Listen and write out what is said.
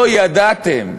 לא ידעתם?